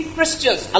Christians